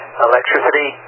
electricity